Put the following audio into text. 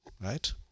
right